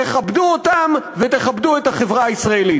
תכבדו אותם ותכבדו את החברה הישראלית.